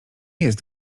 jest